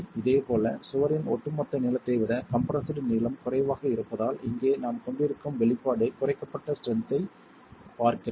இதேபோல் சுவரின் ஒட்டுமொத்த நீளத்தை விட கம்ப்ரெஸ்டு நீளம் குறைவாக இருப்பதால் இங்கே நாம் கொண்டிருக்கும் வெளிப்பாடு குறைக்கப்பட்ட ஸ்ட்ரென்த் ஐப் பார்க்கிறது